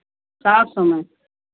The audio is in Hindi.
सात सौ में